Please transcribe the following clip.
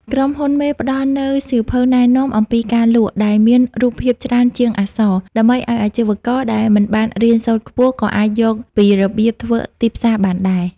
ក្រុមហ៊ុនមេផ្ដល់នូវ "សៀវភៅណែនាំអំពីការលក់" ដែលមានរូបភាពច្រើនជាងអក្សរ ដើម្បីឱ្យអាជីវករដែលមិនបានរៀនសូត្រខ្ពស់ក៏អាចយល់ពីរបៀបធ្វើទីផ្សារបានដែរ។